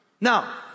Now